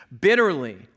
bitterly